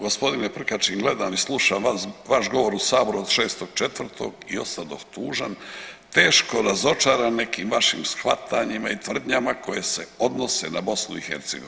Gospodine Prkačin gledam i slušam vaš govor u saboru od 6. 4. i ostadoh tužan, teško razočaran nekim vašim shvatanjima i tvrdnjama koje se odnose na BiH.